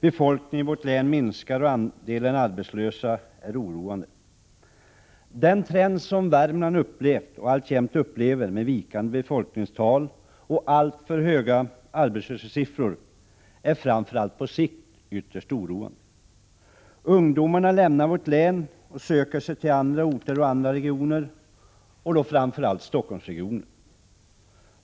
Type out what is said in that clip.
Befolkningen i vårt län minskar, och andelen arbetslösa är oroande. Den trend som Värmland upplevt och alltjämt upplever med vikande befolkningstal och alltför höga arbetslöshetssiffror är framför allt på sikt ytterst oroande. Ungdomarna lämnar vårt län och söker sig till andra orter och andra regioner, framför allt Stockholmsregionen.